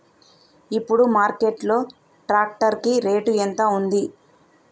ఇప్పుడు మార్కెట్ లో ట్రాక్టర్ కి రేటు ఎంత ఉంది?